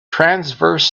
transverse